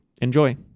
Enjoy